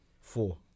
Four